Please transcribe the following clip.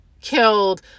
killed